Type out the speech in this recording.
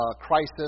crisis